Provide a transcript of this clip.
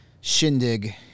shindig